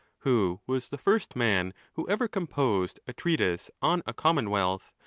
who was the first man who ever com posed a treatise on a commonwealth,